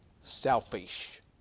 selfish